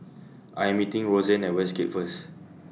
I Am meeting Roseann At Westgate First